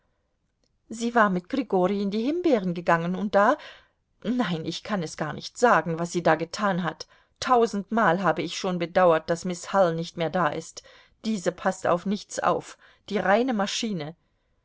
sie war mit grigori in die himbeeren gegangen und da nein ich kann es gar nicht sagen was sie da getan hat tausendmal habe ich schon bedauert daß miß hull nicht mehr da ist diese paßt auf nichts auf die reine maschine